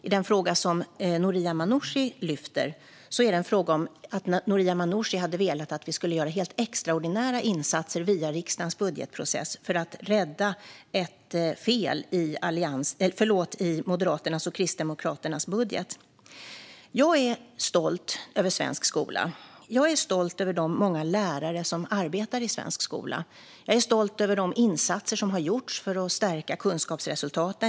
I den fråga som Noria Manouchi lyfter upp hade hon velat att vi skulle ha gjort extraordinära insatser via riksdagens budgetprocess för att rädda ett fel i Moderaternas och Kristdemokraternas budget. Jag är stolt över svensk skola. Jag är stolt över de många lärare som arbetar i svensk skola. Jag är stolt över de insatser som har gjorts för att stärka kunskapsresultaten.